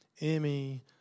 Emmy